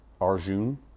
Arjun